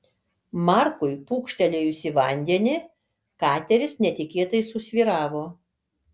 markui pūkštelėjus į vandenį kateris netikėtai susvyravo